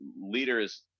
leaders